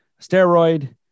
steroid